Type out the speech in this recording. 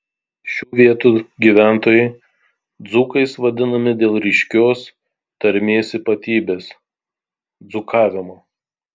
šių vietų gyventojai dzūkais vadinami dėl ryškios tarmės ypatybės dzūkavimo